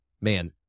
Man